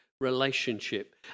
relationship